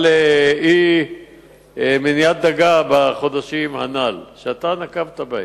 על מניעת דיג בחודשים הנ"ל שאתה נקבת בהם?